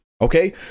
Okay